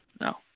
no